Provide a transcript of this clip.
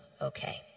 okay